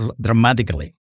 dramatically